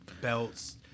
Belts